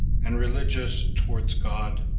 and religious towards god,